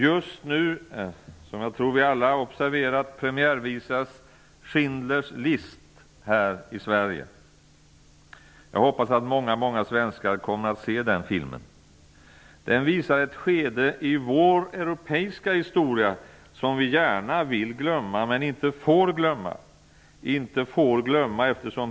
Just nu premiärvisas filmen Schindler's List här i Sverige, vilket jag tror att alla har observerat. Jag hoppas att många, många svenskar kommer att se den filmen. Den visar ett skede i vår europeiska historia som vi gärna vill glömma men inte får glömma.